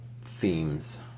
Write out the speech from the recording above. themes